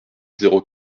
zéro